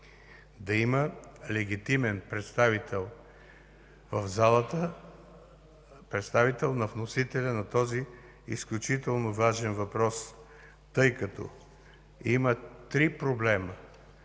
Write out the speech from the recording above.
да има легитимен представител на вносителя на този изключително важен въпрос, тъй като има три проблема,